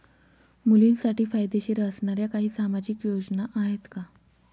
मुलींसाठी फायदेशीर असणाऱ्या काही सामाजिक योजना आहेत का?